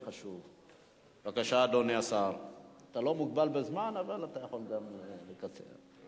ובא לשירות אזרחי ועובד בתוך הציבור שלו כדי להציל חיים.